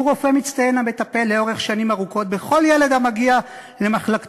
והוא רופא מצטיין המטפל לאורך שנים ארוכות בכל ילד המגיע למחלקתו.